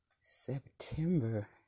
September